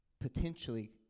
potentially